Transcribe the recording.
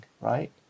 right